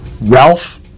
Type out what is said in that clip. Ralph